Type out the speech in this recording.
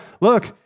look